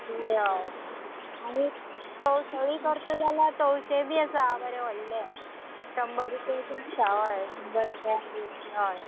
हय आनी तवसळी करतलो जाल्यार तवशें बी आसा बरें व्हडलें शंबर रुपया आसा हय शंबर रुपया हय